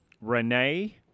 renee